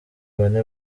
bane